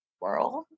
world